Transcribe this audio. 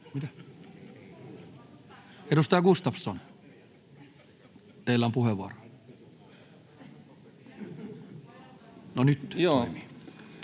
Edustaja Gustafsson, teillä on puheenvuoro. [Speech